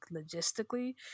logistically